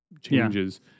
changes